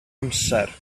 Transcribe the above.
amser